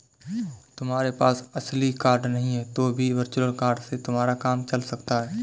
तुम्हारे पास असली कार्ड नहीं है तो भी वर्चुअल कार्ड से तुम्हारा काम चल सकता है